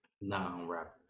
non-rapper